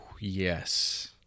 Yes